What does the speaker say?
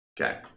Okay